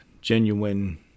genuine